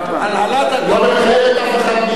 אדוני היושב-ראש, לש"ס לא צריכים לשלם אף פעם.